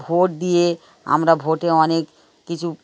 vote দিয়ে আমরা ভোটে অনেক কিছু